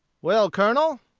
well, colonel,